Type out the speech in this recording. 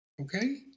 Okay